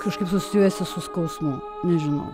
kažkaip asocijuojasi su skausmu nežinau